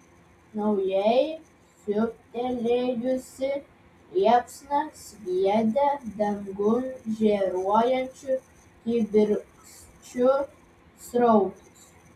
naujai siūbtelėjusi liepsna sviedė dangun žėruojančių kibirkščių srautus